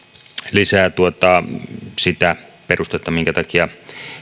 lisää sitä perustetta minkä takia